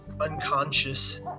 unconscious